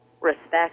respect